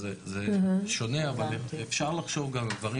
אז זה שונה אבל אפשר לחשוב גם על דברים